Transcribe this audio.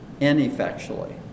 ineffectually